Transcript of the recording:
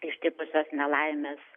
ištikusios nelaimės